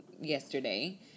yesterday